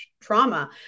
trauma